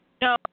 No